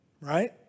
right